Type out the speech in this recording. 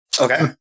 Okay